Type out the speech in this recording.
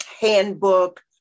handbook